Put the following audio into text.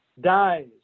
dies